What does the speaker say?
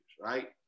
right